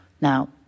Now